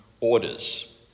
orders